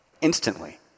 Instantly